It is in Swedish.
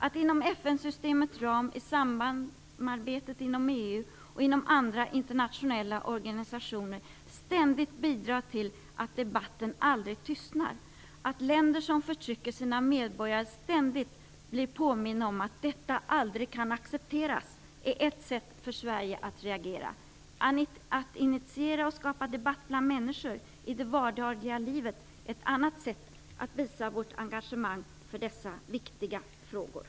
Att inom FN-systemets ram, i samarbetet inom EU och inom andra internationella organisationer ständigt bidra till att debatten aldrig tystnar, att länder som förtrycker sina medborgare ständigt blir påminda om att detta aldrig kan accepteras, är ett sätt för Sverige att reagera. Att initiera och skapa debatt bland människor i det vardagliga livet är ett annat sätt att visa vårt engagemang för dessa viktiga frågor.